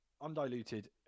undiluted